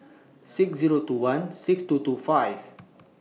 six Zero two one six two two five